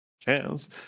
chance